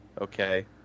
Okay